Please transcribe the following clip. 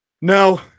No